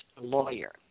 lawyer